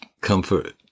comfort